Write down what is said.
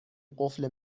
قفل